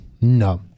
no